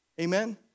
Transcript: Amen